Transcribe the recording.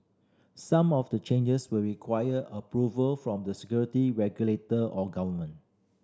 some of the changes will require approval from the security regulator or government